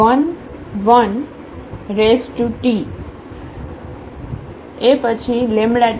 So x11T